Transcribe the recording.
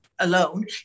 alone